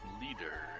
leader